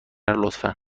لطفا